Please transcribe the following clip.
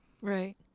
right